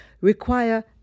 require